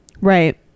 Right